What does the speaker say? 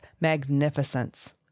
magnificence